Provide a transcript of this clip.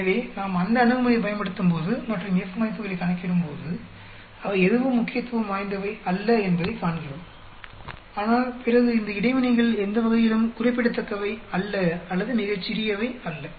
எனவே நாம் அந்த அணுகுமுறையைப் பயன்படுத்தும்போது மற்றும் F மதிப்புகளைக் கணக்கிடும்போது அவை எதுவும் முக்கியத்துவம் வாய்ந்தவை அல்ல என்பதைக் காண்கிறோம் ஆனால் பிறகு இந்த இடைவினைகள் எந்த வகையிலும் குறிப்பிடத்தக்கவை அல்ல அல்லது மிகச் சிறியவை அல்ல